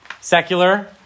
secular